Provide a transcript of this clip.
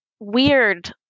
weird